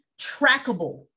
trackable